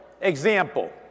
example